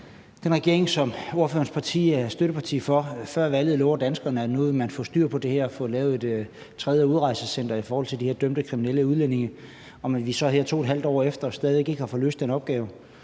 den regering, som ordførerens parti er støtteparti for, før valget lover danskerne, at nu vil man få styr på det her og få lavet et tredje udrejsecenter i forhold til de dømte kriminelle udlændinge, og vi så her 2½ år efter stadig væk ikke har fået løst den opgave.